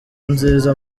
nziza